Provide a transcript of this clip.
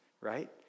right